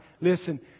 Listen